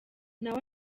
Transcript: nawe